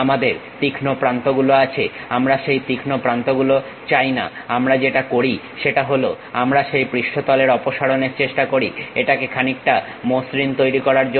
আমাদের তীক্ষ্ণ প্রান্তগুলো আছে আমরা সেই তীক্ষ্ণ প্রান্তগুলো চাইনা আমরা যেটা করি সেটা হলো আমরা সেই পৃষ্ঠতল অপসারণের চেষ্টা করি এটাকে খানিকটা মসৃণ তৈরি করার জন্য